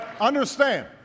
understand